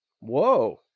Whoa